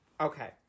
Okay